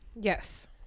yes